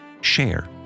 share